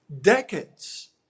decades